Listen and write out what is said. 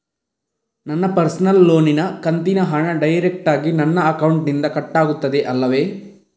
ನನ್ನ ಪರ್ಸನಲ್ ಲೋನಿನ ಕಂತಿನ ಹಣ ಡೈರೆಕ್ಟಾಗಿ ನನ್ನ ಅಕೌಂಟಿನಿಂದ ಕಟ್ಟಾಗುತ್ತದೆ ಅಲ್ಲವೆ?